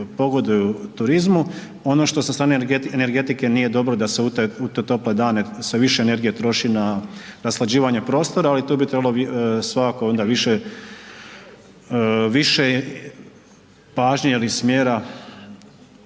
pogoduju turizmu. Ono što sa strane energetike nije dobro da se u te tople dane sve više energije troši na rashlađivanje prostora, ali tu bi trebalo svakako onda više, više pažnje ili smjera